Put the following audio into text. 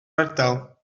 ardal